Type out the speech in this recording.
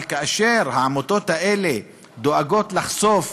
אבל כאשר העמותות האלה דואגות לחשוף